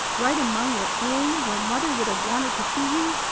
right among your own, where mother would have wanted to see you,